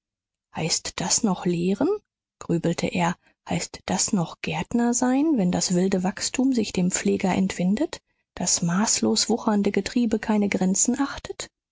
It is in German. heißt das noch lehren grübelte er heißt das noch gärtner sein wenn das wilde wachstum sich dem pfleger entwindet das maßlos wuchernde getriebe keine grenze achtet